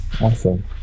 Awesome